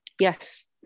Yes